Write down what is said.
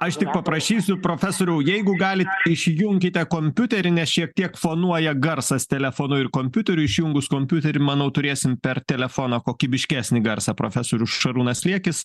aš tik paprašysiu profesoriau jeigu galit išjunkite kompiuterį nes šiek tiek fonuoja garsas telefonu ir kompiuteriu išjungus kompiuterį manau turėsim per telefoną kokybiškesnį garsą profesorius šarūnas liekis